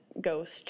ghost